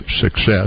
success